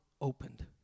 opened